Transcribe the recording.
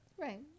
Right